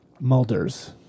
Mulder's